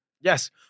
Yes